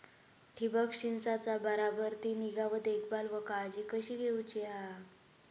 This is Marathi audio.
ठिबक संचाचा बराबर ती निगा व देखभाल व काळजी कशी घेऊची हा?